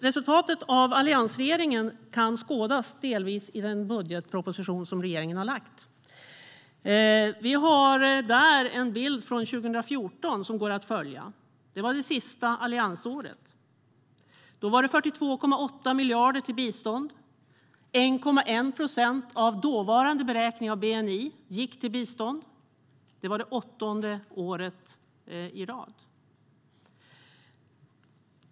Resultatet av alliansregeringen kan delvis skådas i den budgetproposition som regeringen har lagt fram. Vi har där en bild från 2014 som går att följa. Det var det sista alliansåret. Då var det 42,8 miljarder till bistånd. 1,1 procent av dåvarande beräkning av bni gick till bistånd. Det var det åttonde året i rad.